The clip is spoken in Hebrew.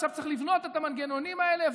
ועכשיו צריך לבנות את המנגנונים האלה.